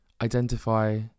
identify